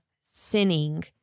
sinning